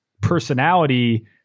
personality